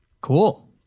Cool